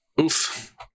Oof